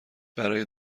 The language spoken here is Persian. برای